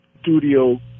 studio